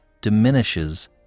diminishes